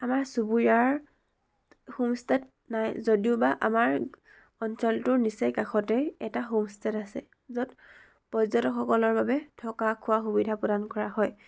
আমাৰ চুবুৰীয়াৰ হোমষ্টে নাই যদিওবা আমাৰ অঞ্চলটোৰ নিচেই কাষতেই এটা হোমষ্টে আছে য'ত পৰ্যটকসকলৰ বাবে থকা খোৱা সুবিধা প্ৰদান কৰা হয়